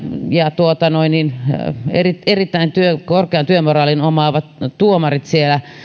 ja erittäin korkean työmoraalin omaavat tuomarit siellä